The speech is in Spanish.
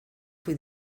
fui